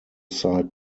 side